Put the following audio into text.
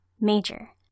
major